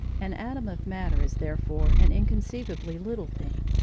an atom of matter is therefore an inconceivably little thing,